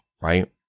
right